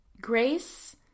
grace